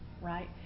right